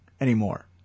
anymore